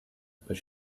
but